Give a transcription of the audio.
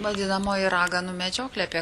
vadinamoji raganų medžioklė apie